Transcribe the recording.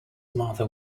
mother